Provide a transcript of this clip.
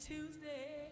Tuesday